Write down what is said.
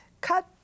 Cut